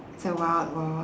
it's a wild world